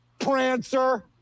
Prancer